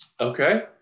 Okay